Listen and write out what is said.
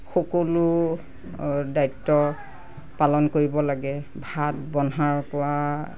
সকলো দায়িত্ব পালন কৰিব লাগে ভাত বনহাৰ পৰা